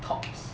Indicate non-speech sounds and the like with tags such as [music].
[noise]